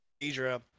Idra